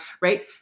right